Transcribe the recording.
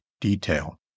detail